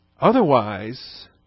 Otherwise